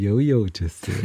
jau jaučiasi